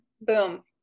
Boom